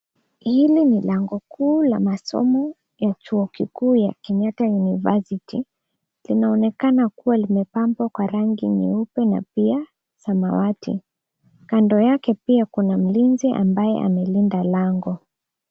hili ni lango kuu la masomo ya chuo kikuu ya Kenyatta university inaonekana kuwa limepambwa kwa rangi ya nyeupe na pia samawati. kando yake pia kuna mlinzi ambaye amelinda lango.